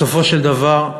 בסופו של דבר,